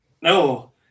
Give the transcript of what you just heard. No